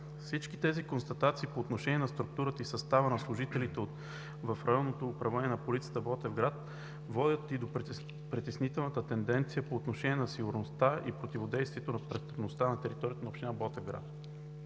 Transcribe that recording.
Всички тези констатации по отношение на структурата и състава на служителите в Районното управление на полицията в Ботевград водят до притеснителна тенденция по отношение на сигурността и противодействието на престъпността на територията на община Ботевград.